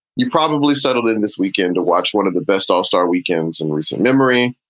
you probably settled in in this weekend to watch one of the best all-star weekends in recent memory.